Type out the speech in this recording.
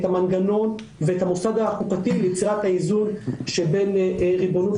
המנגנון ואת המוסד החוקתי ליצירת האיזון שבין ריבונות